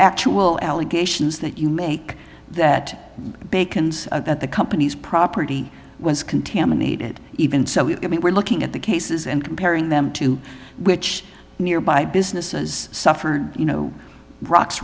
actual allegations that you make that bacons that the company's property was contaminated even so i mean we're looking at the cases and comparing them to which nearby businesses suffered you know rocks